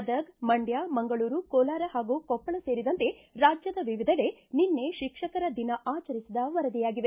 ಗದಗ್ ಮಂಡ್ನ ಮಂಗಳೂರು ಕೋಲಾರ ಹಾಗೂ ಕೊಪ್ಪಳ ಸೇರಿದಂತೆ ರಾಜ್ಯದ ವಿವಿಧೆಡೆ ನಿನ್ನೆ ಶಿಕ್ಷಕರ ದಿನ ಆಚರಿಸಿದ ವರದಿಯಾಗಿವೆ